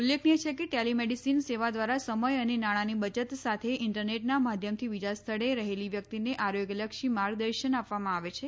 ઉલ્લેખનિય છે કે ટેલિમેડિસિન સેવા દ્વારા સમય અને નાણાંની બચત સાથે ઈન્ટરનેટના માધ્યમથી બીજા સ્થળે રહેલી વ્યક્તિને આરોગ્યલક્ષી માર્ગદર્શન આપવામાં આવે છે